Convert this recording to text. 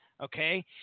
Okay